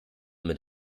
mit